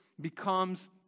becomes